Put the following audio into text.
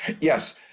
Yes